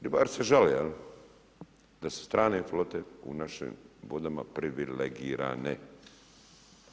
Ribari se žale, jel' da su strane flote u našim vodama privilegirane.